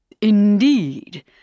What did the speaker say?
Indeed